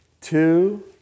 two